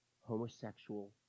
homosexual